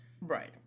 Right